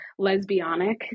lesbianic